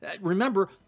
Remember